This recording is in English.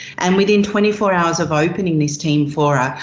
and within twenty four hours of opening this team for